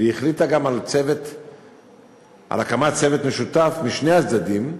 והיא החליטה גם על הקמת צוות משותף משני הצדדים,